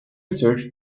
search